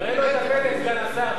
תראה לו את הפתק, סגן השר.